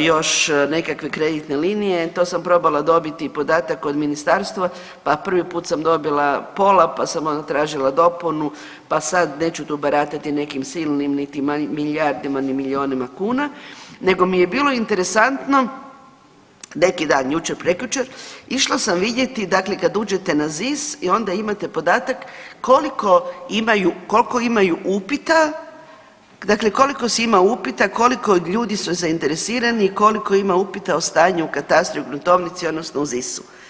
još nekakve kreditne linije, to sam probala dobiti podatak od ministarstva pa prvi put sam dobila pola, pa sam onda tražila dopunu pa sad neću tu baratati nekim silnim niti milijardama ni milionima kuna nego mi je bilo interesantno neki dan, jučer, prekjučer išla sam vidjeti, dakle kad uđete na ZIS i onda imate podatak koliko imaju, kolko imaju upita, dakle koliko si imao upita, koliko ljudi su zainteresirani i koliko ima upita o stanju u katastru i gruntovnici odnosno u ZIS-u.